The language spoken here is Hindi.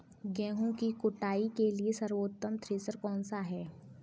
गेहूँ की कुटाई के लिए सर्वोत्तम थ्रेसर कौनसा है?